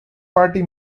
party